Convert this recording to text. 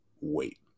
wait